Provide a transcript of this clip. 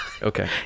okay